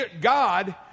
God